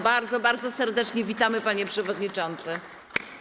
Bardzo, bardzo serdecznie witamy, panie przewodniczący.